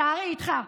צערי איתך.